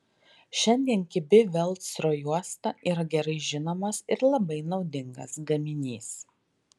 šiandien kibi velcro juosta yra gerai žinomas ir labai naudingas gaminys